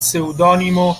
pseudonimo